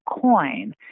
coin